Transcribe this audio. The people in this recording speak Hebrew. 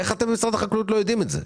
איך אתם במשרד החקלאות לא יודעים את זה?